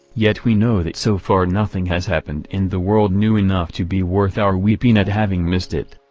yet we know that so far nothing has happened in the world new enough to be worth our weeping at having missed it.